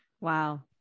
Wow